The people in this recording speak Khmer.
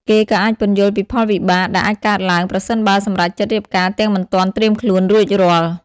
គេក៏អាចពន្យល់ពីផលវិបាកដែលអាចកើតឡើង ប្រសិនបើសម្រេចចិត្តរៀបការទាំងមិនទាន់ត្រៀមខ្លួនរួចរាល់ ។